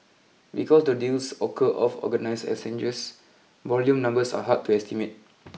because the deals occur off organise exchanges volume numbers are hard to estimate